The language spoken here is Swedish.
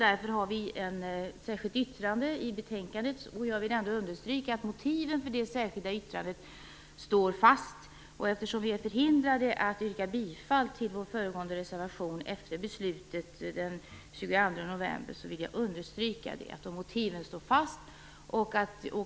Därför har vi ett särskilt yttrande i betänkandet. Jag vill understryka att motiven för det särskilda yttrandet står fast. Eftersom vi är förhindrade att yrka bifall till vår föregående reservation efter beslutet den 22 november vill jag understryka att motiven står fast.